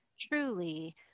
truly